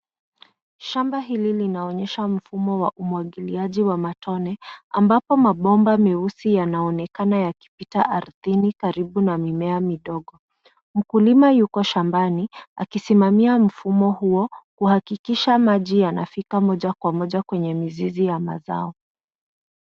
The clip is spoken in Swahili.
Shamba hili linaonyesha mfumo wa umwagiliaji wa matone ambapo mabomba meusi yanaonekana yakipita ardhini karibu na mimea midogo. Mkulima yuko shambani, akisimamia mfumo huo, kuhakikisha maji yanafika moja kwa moja kwenye mizizi ya mazao.